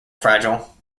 fragile